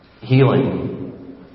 Healing